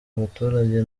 abaturage